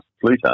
Pluto